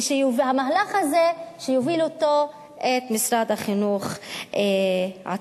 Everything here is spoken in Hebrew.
ושאת המהלך הזה יוביל משרד החינוך עצמו.